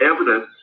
evidence